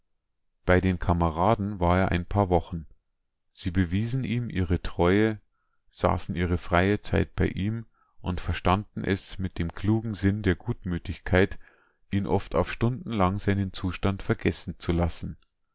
bei den kameraden war er ein paar wochen sie bewiesen ihm ihre treue saßen ihre freie zeit bei ihm und verstanden es mit dem klugen sinn der gutmütigkeit ihn oft auf stunden lang seinen zustand vergessen zu lassen